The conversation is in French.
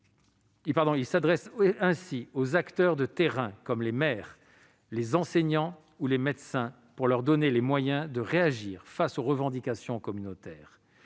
Il s'adresse aux acteurs de terrain comme les maires, les enseignants ou les médecins, leur donnant les moyens de réagir face aux revendications communautaires.